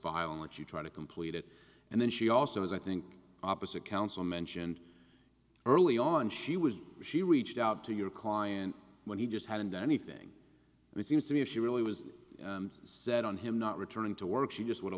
which you try to complete it and then she also has i think opposite counsel mentioned early on she was she reached out to your client when he just hadn't done anything which seems to be if she really was set on him not returning to work she just w